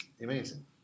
amazing